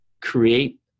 create